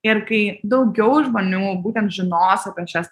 ir kai daugiau žmonių būtent žinos apie šias